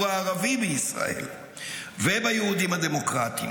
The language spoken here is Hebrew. הערבי בישראל וביהודים הדמוקרטים,